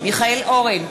מיכאל אורן,